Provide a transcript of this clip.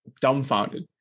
dumbfounded